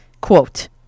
Quote